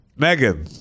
Megan